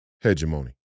hegemony